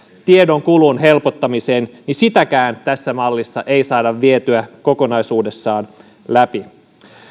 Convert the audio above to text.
tiedonkulun helpottamiseen ei sitäkään tässä mallissa saada vietyä kokonaisuudessaan läpi